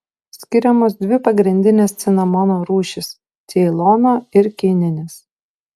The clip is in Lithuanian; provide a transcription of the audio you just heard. skiriamos dvi pagrindinės cinamono rūšys ceilono ir kininis